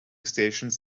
stations